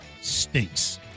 stinks